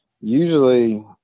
usually